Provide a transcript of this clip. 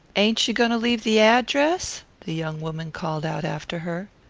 ain't you going to leave the ad-dress? the young woman called out after her.